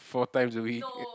four times a week